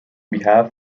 behalf